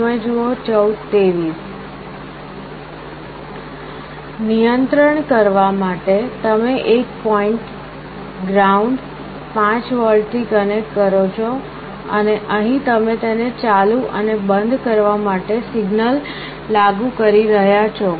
નિયંત્રણ કરવા માટે તમે એક પૉઇન્ટ ગ્રાઉન્ડ 5 વોલ્ટથી કનેક્ટ કરો છો અને અહીં તમે તેને ચાલુ અને બંધ કરવા માટે સિગ્નલ લાગુ કરી રહ્યાં છો